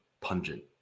pungent